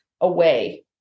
away